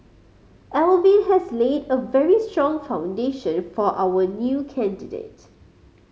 Alvin has laid a very strong foundation for our new candidate